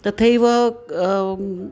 तथैव